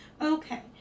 Okay